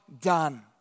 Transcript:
done